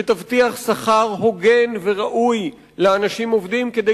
שתבטיח שכר הוגן וראוי לאנשים עובדים כדי